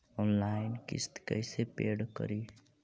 Online किस्त कैसे paid करि?